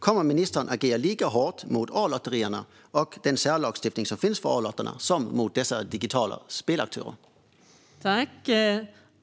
Kommer ministern att agera lika hårt mot A-lotterierna och den särlagstiftning som finns för A-lotterna som mot de digitala spelaktörerna?